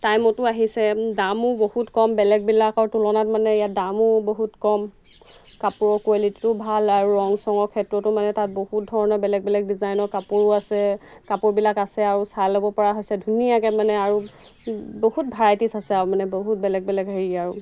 টাইমতো আহিছে দামো বহুত কম বেলেগবিলাকৰ তুলনাত মানে ইয়াত দামো বহুত কম কাপোৰৰ কোৱালিটিটো ভাল আৰু ৰং চঙৰ ক্ষেত্ৰতো মানে তাত বহুত ধৰণৰ বেলেগ বেলেগ ডিজাইনৰ কাপোৰো আছে কাপোৰবিলাক আছে আৰু চাই ল'ব পৰা হৈছে ধুনীয়াকৈ মানে আৰু বহুত ভেৰাইটিছ আছে আৰু মানে বহুত বেলেগ বেলেগ হেৰি আৰু